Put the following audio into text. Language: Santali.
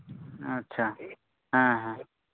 ᱟᱪᱪᱷᱟ ᱦᱮᱸ ᱦᱮᱸ